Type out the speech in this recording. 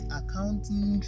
accounting